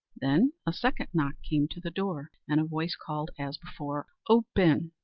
then a second knock came to the door, and a voice called as before, open!